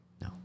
No